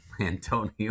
Antonio